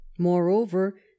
Moreover